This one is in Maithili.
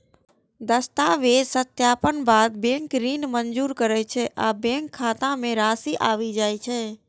दस्तावेजक सत्यापनक बाद बैंक ऋण मंजूर करै छै आ बैंक खाता मे राशि आबि जाइ छै